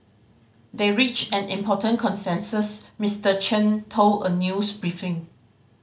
they reached an important consensus Mister Chen told a news briefing